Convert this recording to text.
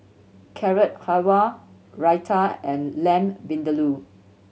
Carrot Halwa Raita and Lamb Vindaloo